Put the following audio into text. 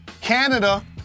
Canada